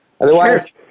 Otherwise